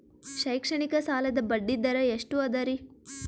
ಶೈಕ್ಷಣಿಕ ಸಾಲದ ಬಡ್ಡಿ ದರ ಎಷ್ಟು ಅದರಿ?